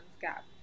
Gap